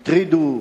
הטרידו,